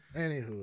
anywho